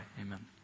Amen